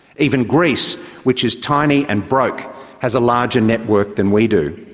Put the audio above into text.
even greece which is tiny and broke has a larger network than we do.